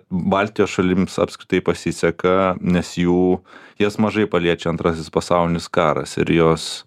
baltijos šalims apskritai pasiseka nes jų jas mažai paliečia antrasis pasaulinis karas ir jos